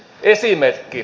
esimerkki